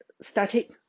static